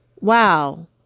Wow